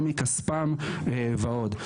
גם מכספים ועוד.